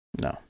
No